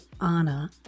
Anna